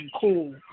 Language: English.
Cool